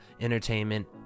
entertainment